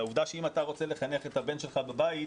לעובדה שאם אתה רוצה לחנך את הבן שלך בבית,